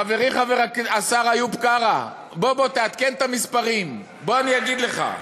חברי השר איוב קרא, בוא, תעדכן את המספרים, בוא,